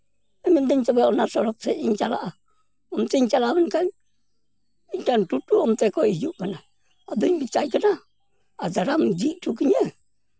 ᱢᱮᱱᱫᱟᱹᱧ ᱛᱚᱵᱮ ᱚᱱᱟ ᱥᱚᱲᱚᱠ ᱥᱮᱫ ᱤᱧ ᱪᱟᱞᱟᱜᱼᱟ ᱚᱱᱛᱤᱧᱧ ᱪᱟᱞᱟᱣ ᱞᱮᱱᱠᱷᱟᱱ ᱢᱤᱫᱴᱟᱝ ᱴᱳᱴᱳ ᱚᱱᱛᱮ ᱠᱷᱚᱱ ᱦᱤᱡᱩᱜ ᱠᱟᱱᱟ ᱟᱫᱚᱧ ᱢᱮᱛᱟᱭ ᱠᱟᱱᱟ ᱟᱫᱽᱨᱟᱢ ᱤᱫᱤ ᱦᱚᱴᱚ ᱠᱟᱹᱧᱟᱹ